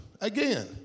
again